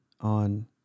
on